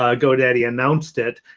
ah godaddy announced it.